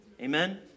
Amen